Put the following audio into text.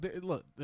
look